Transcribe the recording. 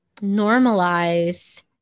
normalize